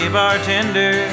bartender